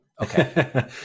okay